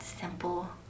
simple